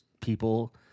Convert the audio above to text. people